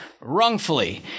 wrongfully